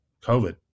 COVID